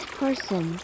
person